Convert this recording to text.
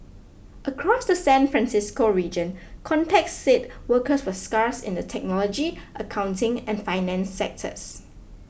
across the San Francisco region contacts said workers were scarce in the technology accounting and finance sectors